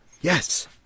Yes